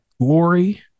glory